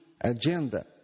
agenda